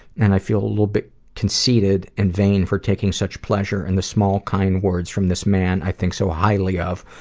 and i feel a little bit conceited and vain for taking such pleasure in the small kind words of this man i think so highly of,